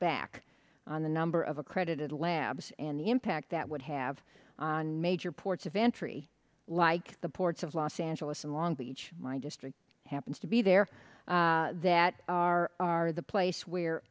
back on the number of accredited labs and the impact that would have on major ports of entry like the ports of los angeles and long beach my district happens to be there that are are the place where